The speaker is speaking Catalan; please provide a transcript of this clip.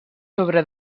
sobre